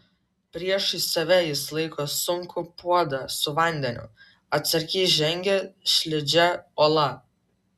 priešais save jis laiko sunkų puodą su vandeniu atsargiai žengia slidžia uola